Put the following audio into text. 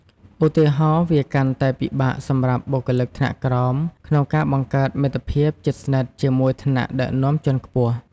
ឧទាហរណ៍ វាកាន់តែពិបាកសម្រាប់បុគ្គលិកថ្នាក់ក្រោមក្នុងការបង្កើតមិត្តភាពជិតស្និទ្ធជាមួយថ្នាក់ដឹកនាំជាន់ខ្ពស់។